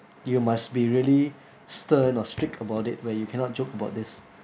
you must be really stern or strict about it where you cannot joke about this